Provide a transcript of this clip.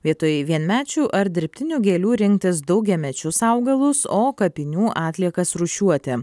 vietoj vienmečių ar dirbtinių gėlių rinktis daugiamečius augalus o kapinių atliekas rūšiuoti